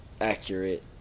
accurate